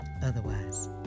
Otherwise